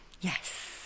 Yes